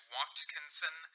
Watkinson